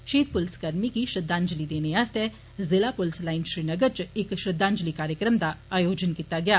शहीद पुलसकर्मी गी श्रद्धांजलि देने आस्तै जिला पुलस लाइन श्रीनगर च इक श्रद्वांजलि कार्यक्रम दा आयोजन कीता गेआ